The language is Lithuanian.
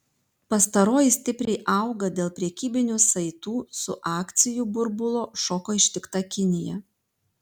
pastaroji stipriai auga dėl prekybinių saitų su akcijų burbulo šoko ištikta kinija